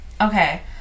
Okay